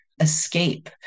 escape